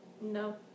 No